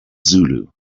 zulu